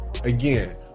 Again